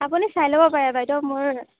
আপুনি চাই ল'ব পাৰে বাইদেউ মোৰ